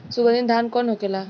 सुगन्धित धान कौन होखेला?